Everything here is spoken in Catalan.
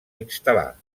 instal·lar